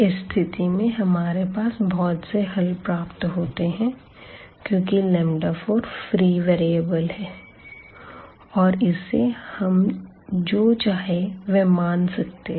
इस स्थिति में हमारे पास बहुत से हल प्राप्त होते हैं क्योंकि 4फ्री वेरिएबल है और इसे हम जो चाहे वह मान सकते हैं